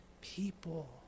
people